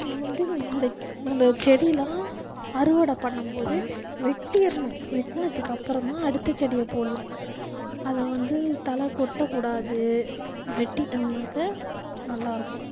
நம்ம வந்து அந்த அந்த செடியெலாம் அறுவடை பண்ணும் போது வெட்டிடணும் வெட்டினதுக்கு அப்புறம் தான் அடுத்த செடியை போடலாம் அதை வந்து தழை கொட்டக்கூடாது வெட்டிவிட்டோம்னாக்கா நல்லா இருக்கும்